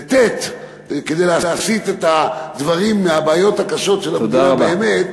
כדי להסיט את הדברים מהבעיות הקשות של המדינה באמת,